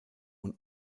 und